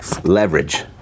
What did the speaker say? Leverage